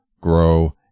grow